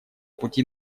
пути